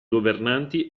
governanti